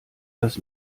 das